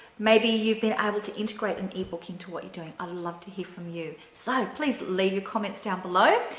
maybe you've been able to integrate an ebook into what you're doing, i love to hear from you. so please leave your comments down below,